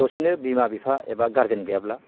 दसेनो बिमा बिफा एबा गार्जेन गैयाब्ला